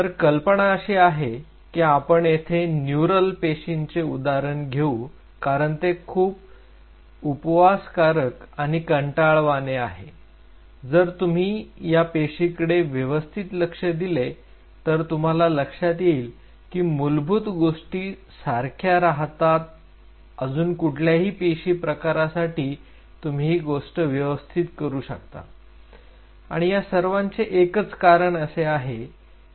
तर कल्पना अशी आहे की आपण येथे न्युरल पेशींचे उदाहरण घेऊ कारण ते खूप उपवास कारक आणि कंटाळवाणे आहे जर तुम्ही या पेशी कडे व्यवस्थित लक्ष दिले तर तुम्हाला लक्षात येईल की मूलभूत गोष्टी सारख्या राहता अजून कुठल्याही पेशी प्रकारासाठी तुम्ही ही गोष्ट व्यवस्थित करू शकता आणि या सर्वांचे एकच कारण असे आहे